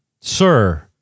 Sir